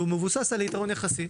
והוא מבוסס על יתרון יחסי.